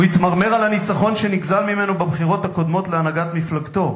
הוא התמרמר על הניצחון שנגזל ממנו בבחירות הקודמות להנהגת מפלגתו,